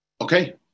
Okay